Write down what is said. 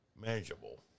manageable